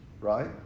Right